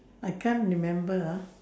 I can't remember ah